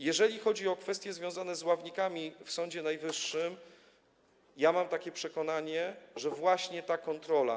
Jeżeli chodzi o kwestie związane z ławnikami w Sądzie Najwyższym, to mam takie przekonanie, że właśnie ta kontrola.